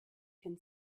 can